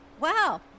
wow